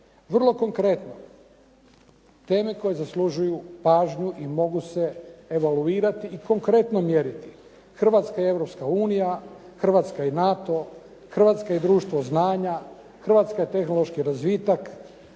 Vrlo konkretno, teme koje zaslužuju pažnju i mogu se evaluirati i konkretno mjeriti. Hrvatska i Europska unija, Hrvatska i NATO, Hrvatska i društvo znanja, Hrvatska i tehnološki razvitak,